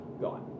gone